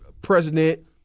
president